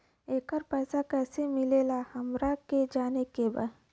येकर पैसा कैसे मिलेला हमरा के जाने के बा?